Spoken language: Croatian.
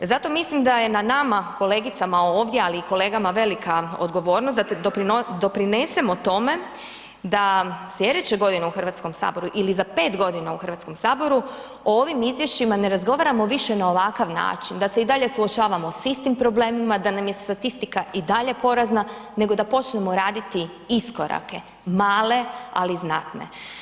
Zato mislim da je na nama kolegicama ovdje, ali i kolegama velika odgovornost da doprinesemo tome da slijedeće godine u Hrvatskom saboru ili za 5 godina u Hrvatskom saboru o ovim izvješćima ne razgovaramo više na ovakav način, da se i dalje suočavamo sa istim problemima, da nam je statistika i dalje porazna, nego da počnemo raditi iskorake, male ali znatne.